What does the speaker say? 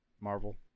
Marvel